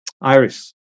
Iris